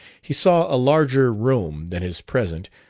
he saw a larger room than his present,